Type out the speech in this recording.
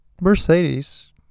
Mercedes